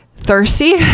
thirsty